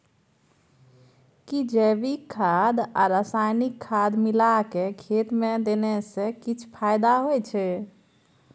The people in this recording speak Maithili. कि जैविक खाद आ रसायनिक खाद मिलाके खेत मे देने से किछ फायदा होय छै?